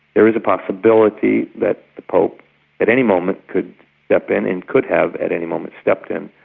there is a possibility that the pope at any moment could step in, and could have at any moment stepped in,